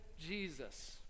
Jesus